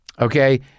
okay